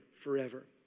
forever